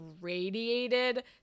radiated